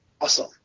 awesome